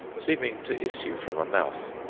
seeming to issue from a mouth.